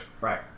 Right